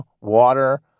water